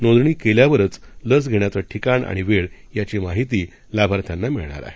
नोंदणीकेल्यावरचलसघेण्याचंठिकाणआणिवेळयाचीमाहितीलाभार्थ्यांनामिळणारआहे